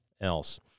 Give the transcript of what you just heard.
else